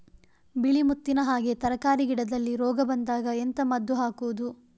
ಬಿಳಿ ಮುತ್ತಿನ ಹಾಗೆ ತರ್ಕಾರಿ ಗಿಡದಲ್ಲಿ ರೋಗ ಬಂದಾಗ ಎಂತ ಮದ್ದು ಹಾಕುವುದು?